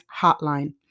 Hotline